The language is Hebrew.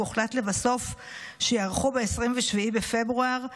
והוחלט לבסוף שייערכו ב-27 בפברואר,